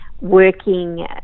working